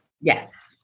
Yes